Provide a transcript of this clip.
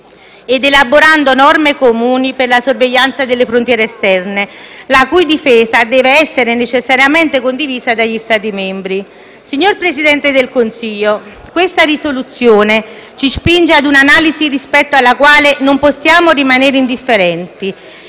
ed elaborando norme comuni per la sorveglianza delle frontiere esterne, la cui difesa deve essere necessariamente condivisa dagli Stati membri. Signor Presidente del Consiglio, questa risoluzione ci spinge ad un'analisi rispetto alla quale non possiamo rimanere indifferenti